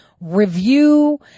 review